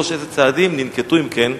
3. איזה צעדים ננקטו נגד המנהל?